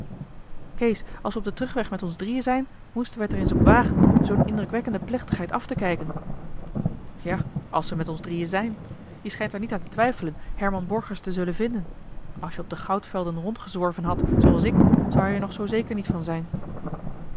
kees als we op den terugweg met ons drieën zijn moesten wij het er eens op wagen zoo'n indrukwekkende plechtigheid af te kijken ja als we met ons drieën zijn jij schijnt er niet aan te twijfelen herman borgers te zullen vinden als je op de goudvelden rondgezworven hadt zooals ik zou je er nog zoo zeker niet van zijn